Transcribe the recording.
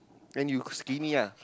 then you skinny ah